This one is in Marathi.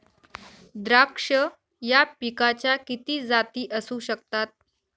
द्राक्ष या पिकाच्या किती जाती असू शकतात?